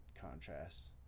contrast